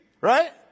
right